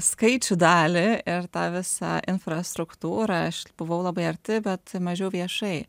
skaičių dalį ir tą visą infrastruktūrą aš buvau labai arti bet mažiau viešai